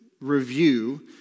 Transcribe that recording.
review